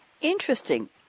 Interesting